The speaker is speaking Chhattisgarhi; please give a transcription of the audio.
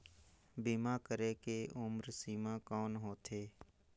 बीमा करे के उम्र सीमा कौन होथे?